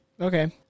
Okay